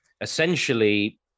Essentially